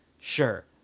sure